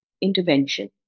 intervention